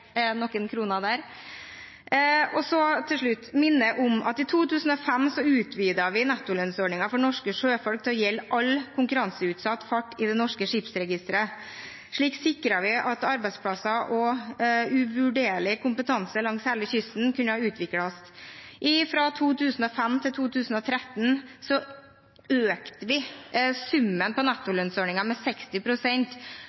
noen kroner der. Til slutt vil jeg minne om at i 2005 utvidet vi nettolønnsordningen for norske sjøfolk til å gjelde all konkurranseutsatt fart i det norske skipsregisteret. Slik sikret vi at arbeidsplasser og uvurderlig kompetanse langs hele kysten kunne utvikles. Fra 2005 til 2013 økte vi summen